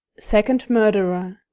second murderer.